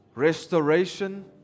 Restoration